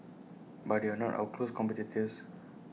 but they are not our close competitors